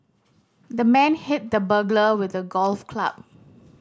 the man hit the burglar with a golf club